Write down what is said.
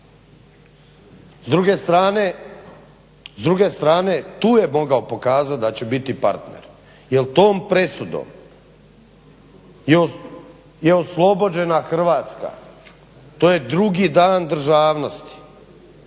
S druge strane tu je mogao pokazat da će biti partner. Jer tom presudom je oslobođena Hrvatska. To je drugi Dan državnosti.